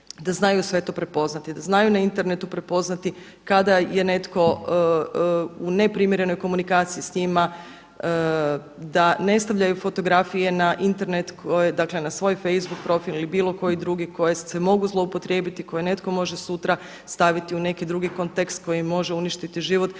da znaju sve to prepoznati, da znaju na internetu prepoznati kada je netko u neprimjerenoj komunikaciji s njima, da ne stavljaju fotografije na Internet dakle na svoj facebook profil ili bilo koji drugi koje se mogu zloupotrijebiti, koje neko može sutra staviti u neki drugi kontekst koji može uništiti život.